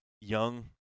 young